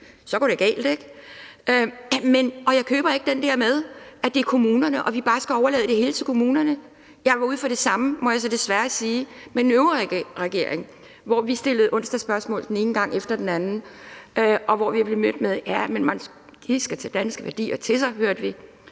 Så går det altså galt, ikke? Jeg køber ikke den der med, at vi bare skal overlade det hele til kommunerne, og jeg går ud fra, at det er det samme, må jeg så desværre sige, som med den øvrige regering, hvor vi stillede onsdagsspørgsmål den ene gang efter den anden, og hvor vi blev mødt med, at de skal tage danske værdier til sig. Det hørte vi,